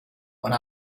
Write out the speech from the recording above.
one